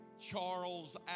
Charles